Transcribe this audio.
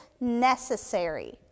necessary